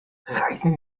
reißen